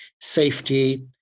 safety